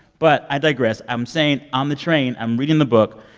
but i digress. i'm saying, on the train, i'm reading the book.